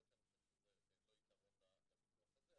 למרות שאני חושב שזה לא יתרון לביטוח הזה,